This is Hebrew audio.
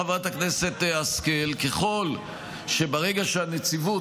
חברת הכנסת השכל: ככל שברגע שהנציבות,